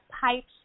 pipes